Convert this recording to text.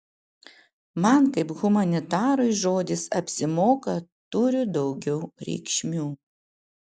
man kaip humanitarui žodis apsimoka turi daugiau reikšmių